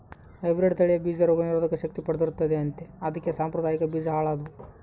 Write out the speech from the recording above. hybrid ತಳಿಯ ಬೀಜ ರೋಗ ನಿರೋಧಕ ಶಕ್ತಿ ಪಡೆದಿರುತ್ತದೆ ಅಂತೆ ಅದಕ್ಕೆ ಸಾಂಪ್ರದಾಯಿಕ ಬೀಜ ಹಾಳಾದ್ವು